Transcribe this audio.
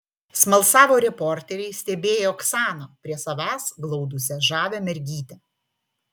smalsavo reporteriai stebėję oksaną prie savęs glaudusią žavią mergytę